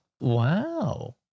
wow